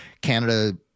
Canada